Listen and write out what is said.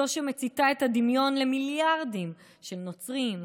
זו שמציתה את הדמיון למיליארדים של נוצרים,